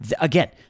Again